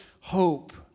hope